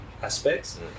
aspects